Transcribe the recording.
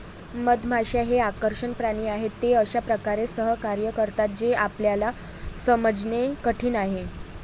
मधमाश्या हे आकर्षक प्राणी आहेत, ते अशा प्रकारे सहकार्य करतात जे आपल्याला समजणे कठीण आहे